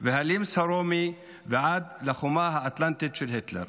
והלימס הרומי, ועד לחומה האטלנטית של היטלר".